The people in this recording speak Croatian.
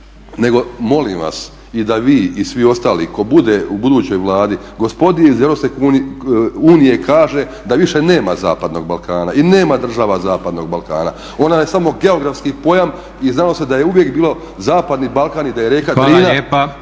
nego molim vas i da vi i svi ostali ko bude u budućoj Vladi gospodi iz Europske unije kaže da više nema zapadnog Balkana i nema država zapadnog Balkana, ona je samo geografski pojam i znalo se da je uvijek bilo zapadni Balkan i da je rijeka Drina bila granica